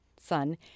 son